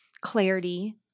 clarity